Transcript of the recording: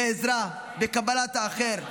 בעזרה, בקבלת האחר,